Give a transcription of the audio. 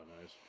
nice